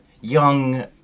young